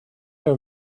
her